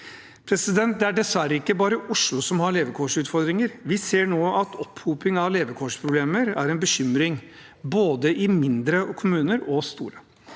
hovedstaden. Det er dessverre ikke bare Oslo som har levekårsutfordringer. Vi ser nå at opphoping av levekårsproblemer er en bekymring både i mindre og i store